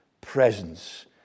presence